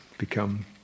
become